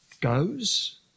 goes